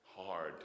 hard